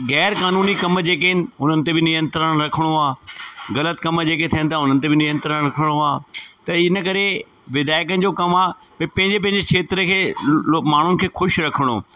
ग़ैर क़ानूनी कमु जेके आहिनि हुननि ते बि नियंत्रण रखिणो आहे ग़लति कम जेके थियनि था उन्हनि ते बि नियंत्रण रखिणो आहे त इन करे विधायकनि जो कमु आहे भई पंहिंजे पंहिंजे खेत्र खे माण्हुनि खे ख़ुशि रखिणो